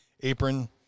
apron